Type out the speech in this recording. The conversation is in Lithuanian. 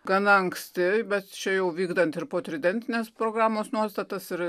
gana anksti bet čia jau vykdant ir potridentinės programos nuostatas ir